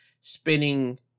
spinning